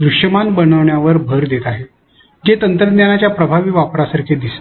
दृश्यमान बनविण्यावर भर देत आहेत जे तंत्रज्ञानाच्या प्रभावी वापरासारखे दिसते